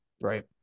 Right